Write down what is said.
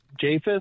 Japheth